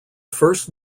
first